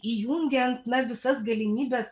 įjungiant na visas galimybes